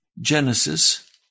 Genesis